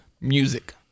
music